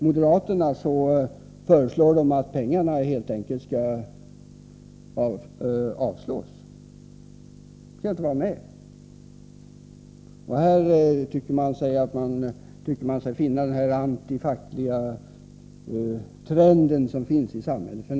Moderaterna föreslår helt enkelt att pengarna inte anvisas. Här tycker man sig finna den antifackliga trend som finns i samhället f. n.